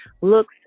looks